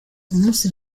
umunsi